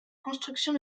construction